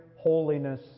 holiness